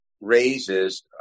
raises